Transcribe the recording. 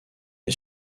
est